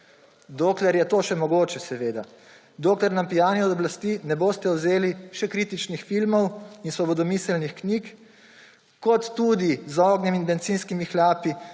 Dokler je to še mogoče, seveda. Dokler nam pijani od oblasti ne boste vzeli še kritičnih filmov in svobodomiselnih knjig, kot tudi z ognjem in bencinskimi hlapi